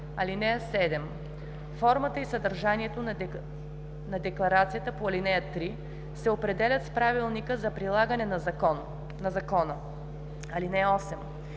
(7) Формата и съдържанието на декларацията по ал. 3 се определят с Правилника за прилагане на закона. (8)